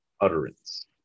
utterance